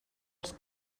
els